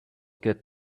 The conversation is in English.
get